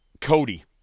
Cody